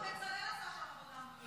גם אברהם בצלאל עשה שם עבודה מעולה.